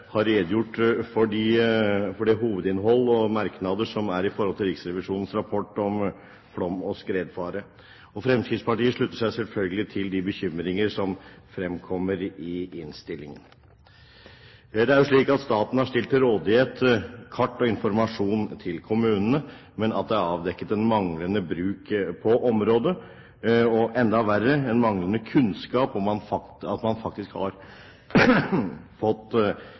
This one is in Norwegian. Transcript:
har redegjort for det hovedinnhold og de merknader som foreligger når det gjelder Riksrevisjonens rapport om flom og skredfare. Fremskrittspartiet slutter seg selvfølgelig til de bekymringer som fremkommer i innstillingen. Det er jo slik at staten har stilt til rådighet kart og informasjon til kommunene, men det er avdekket en manglende bruk på området, og enda verre, en manglende kunnskap om at man faktisk har fått